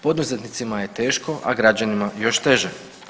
Poduzetnicima je teško, a građanima još teže.